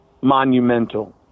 monumental